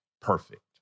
perfect